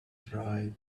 dried